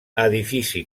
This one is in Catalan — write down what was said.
edifici